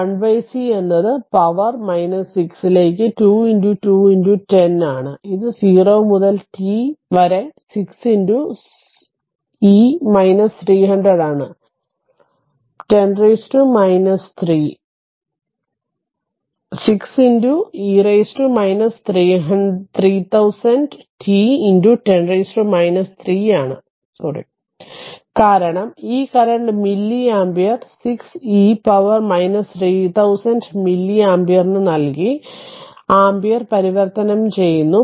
1c എന്നത് power 6 ലേക്ക് 2 2 10 ആണ് ഇത് 0 മുതൽ t വരെ 6 e 3000 ആണ് t 10 3 കാരണം ഈ current milli ampere 6 e power 3000 milli ആമ്പിയറിന് നൽകി ആമ്പിയർ പരിവർത്തനം ചെയ്യുന്നു